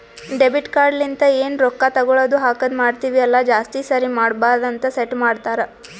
debit card ಲಿಂತ ಎನ್ ರೊಕ್ಕಾ ತಗೊಳದು ಹಾಕದ್ ಮಾಡ್ತಿವಿ ಅಲ್ಲ ಜಾಸ್ತಿ ಸರಿ ಮಾಡಬಾರದ ಅಂತ್ ಸೆಟ್ ಮಾಡ್ತಾರಾ